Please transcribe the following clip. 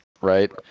right